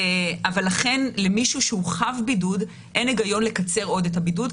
לכן למישהו שהוא חב בידוד אין היגיון לקצר עוד את הבידוד,